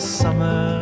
summer